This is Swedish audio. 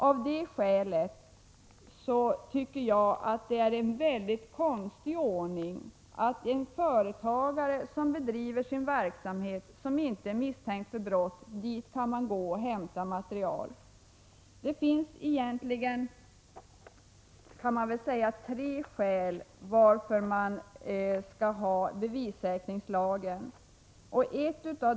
Av det skälet tycker jag att det är en mycket konstig ordning att man kan gå hem till och hämta material hos en företagare som bedriver sin verksamhet och inte är misstänkt för brott. Det finns egentligen tre skäl till att bevissäkringslagen har införts.